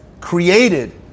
created